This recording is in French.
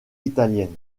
italienne